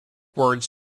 words